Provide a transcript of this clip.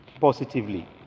positively